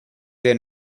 their